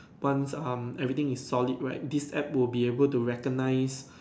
once um everything is solid right this app will be able to recognize